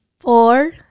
four